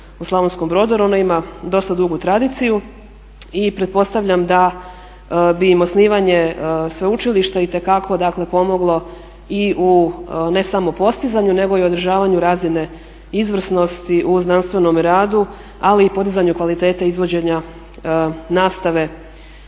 u Slavonskom Brodu jer ona ima dosta dugu tradiciju i pretpostavljam da bi im osnivanje sveučilišta itekako dakle pomoglo i u ne samo postizanju nego i održavanju razine izvrsnosti u znanstvenom radu, ali i podizanju kvalitete izvođenja nastave